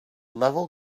level